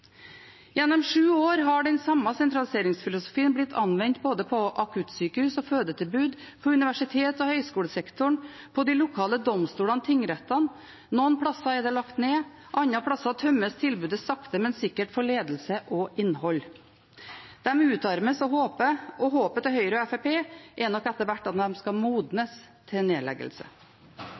Gjennom sju år har den samme sentraliseringsfilosofien blitt anvendt både på akuttsykehus og fødetilbud, på universitets- og høyskolesektoren og på de lokale domstolene, tingrettene. Noen steder er de lagt ned, andre steder tømmes tilbudet sakte, men sikkert for ledelse og innhold. De utarmes, og håpet til Høyre og Fremskrittspartiet er nok at de etter hvert skal «modnes» til nedleggelse.